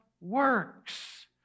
works